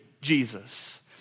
Jesus